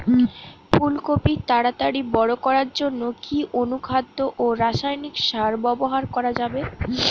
ফুল কপি তাড়াতাড়ি বড় করার জন্য কি অনুখাদ্য ও রাসায়নিক সার ব্যবহার করা যাবে?